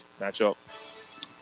matchup